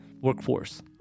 workforce